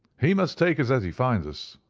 he must take us as he finds us.